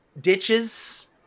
Ditches